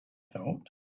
thought